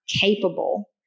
capable